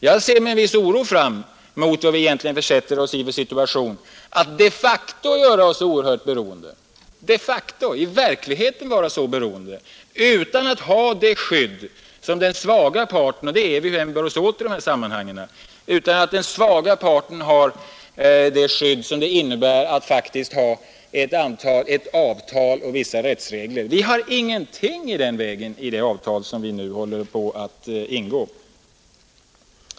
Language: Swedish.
Jag ser med viss oro fram mot att vi försätter oss i en situation som de facto gör oss verhört beroende. utan att de facto, i verkligheten, ha det skydd som den svaga parten — och vi är den svaga parten hur vi än bär oss åt i dessa sammanhang behöver och som ett avtal och vissa rättsregler faktiskt innebär. Vi har ingenting i den vägen i det avtal som vi nu håller på att ingå.